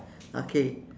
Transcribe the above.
okay